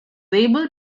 able